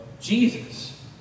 Jesus